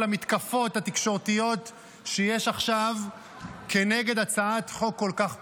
המתקפות התקשורתיות שיש עכשיו נגד הצעת חוק כל כך פשוטה,